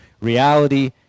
reality